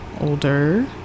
older